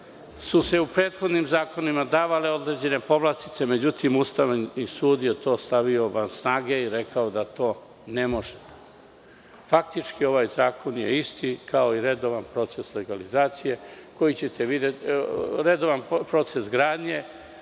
su se u prethodnim zakonima davale određene povlastice, međutim Ustavni sud je to stavio van snage i rekao da to ne može. Faktički, ovaj zakon je isti kao i redovan proces gradnje i obaveze